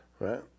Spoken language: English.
right